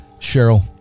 Cheryl